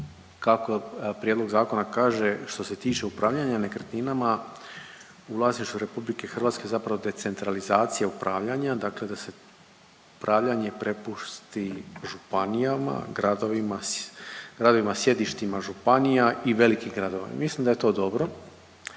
kako prijedlog zakona kaže što se tiče upravljanja nekretninama u vlasništvu RH je zapravo decentralizacija upravljanja, dakle da se upravljanje prepusti županijama, gradovima, gradovima sjedištima županija i velikim gradovima. Mislim da je to dobro